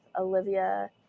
Olivia